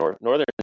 northern